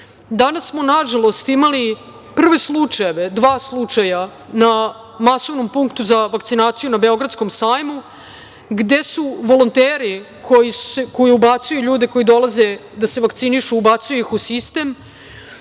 Danas smo nažalost imali prve slučajeve, dva slučaja, na masovnom punktu za vakcinaciju na Beogradskom sajmu, gde su volonteri koji ubacuju ljude koji dolaze da se vakcinišu, ubacuju ih u sistem,